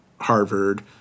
Harvard